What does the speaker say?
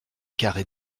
carré